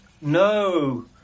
No